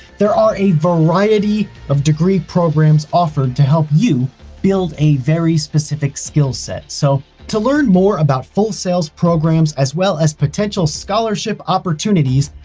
there are a variety of degree programs offered to help you build a very specific skill set. so to learn more about full sail's programs, as well as potential scholarship opportunities,